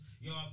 y'all